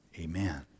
Amen